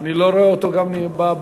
אני לא רואה אותו גם ברשימה,